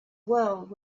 world